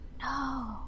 No